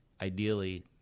ideally